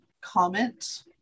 comment